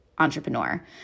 entrepreneur